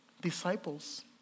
disciples